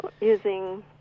using